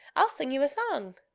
i'll sing you a song.